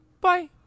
Bye